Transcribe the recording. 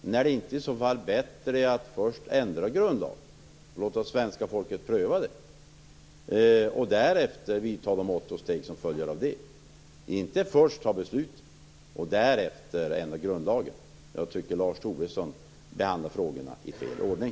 Är det inte bättre att först ändra grundlagen och låta svenska folket pröva detta, och därefter vidta de mått och steg som följer av det? Man skall inte först fatta besluten och därefter ändra grundlagen. Jag tycker att Lars Tobisson behandlar frågorna i fel ordning.